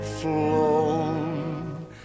flown